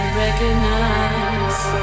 recognize